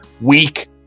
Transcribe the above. weak